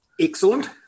Excellent